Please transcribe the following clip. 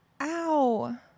Ow